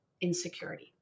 insecurity